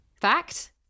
Fact